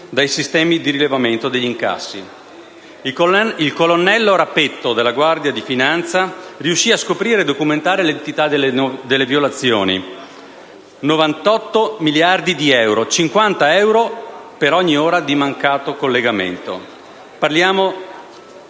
dai sistemi di rilevamento degli incassi. Il colonnello Rapetto, della Guardia di finanza, riuscì a scoprire e documentare l'entità delle violazioni: 98 miliardi di euro, 50 euro per ogni ora di mancato collegamento.